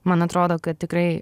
man atrodo kad tikrai